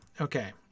Okay